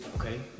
okay